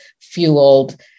fueled